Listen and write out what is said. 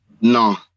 No